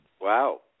wow